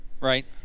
Right